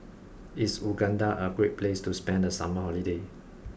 is Uganda a great place to spend the summer holiday